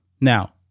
Now